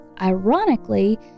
Ironically